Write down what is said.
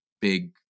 big